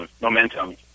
momentum